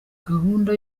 gahunda